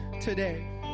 today